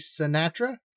Sinatra